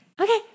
Okay